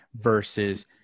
versus